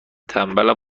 تنبلم